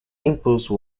impulse